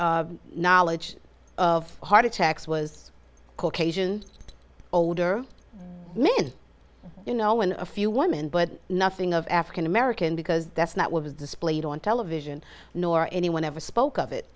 only knowledge of heart attacks was caucasian older men you know in a few women but nothing of african american because that's not what was displayed on television nor anyone ever spoke of it